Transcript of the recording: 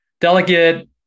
Delegate